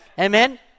Amen